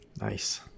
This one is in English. Nice